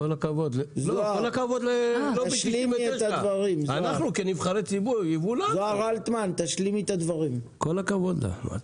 כל הכבוד ללובי 99. אנחנו כנבחרי ציבור --- כל הכבוד לה.